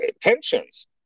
pensions